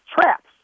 traps